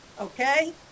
Okay